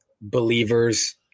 believers